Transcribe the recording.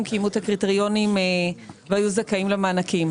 קיימו את הקריטריונים והיו זכאים למענקים.